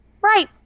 Right